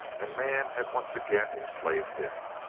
and man had once again enslaved him.